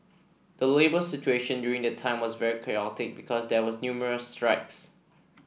the labour situation during the time was very chaotic because there were numerous strikes